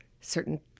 certain